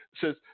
says